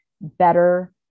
better